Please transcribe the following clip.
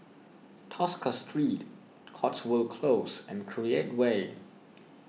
Tosca Street Cotswold Close and Create Way